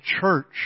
church